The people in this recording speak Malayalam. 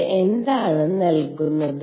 ഇവ എന്താണ് നൽകുന്നത്